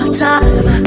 time